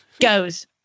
goes